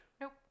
Nope